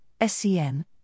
SCN